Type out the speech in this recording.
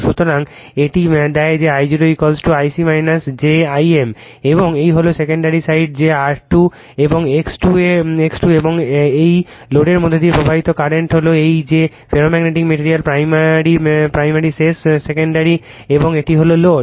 সুতরাং এটি দেয় যে Io Ic j Im এবং এই হল সেকেন্ডারি সাইড যে R2 এবং X2 এবং এই লোডের মধ্য দিয়ে প্রবাহিত কারেন্ট হল এই যে ফেরোম্যাগনেটিক মেটিরিয়াল প্রাইমারি শেষ সেকেন্ডারি এবং এই হল লোড